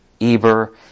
Eber